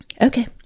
okay